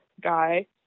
guy